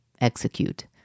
execute